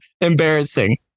embarrassing